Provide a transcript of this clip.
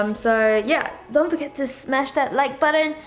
um so yeah don't forget to smash that like button,